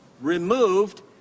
removed